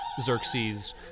Xerxes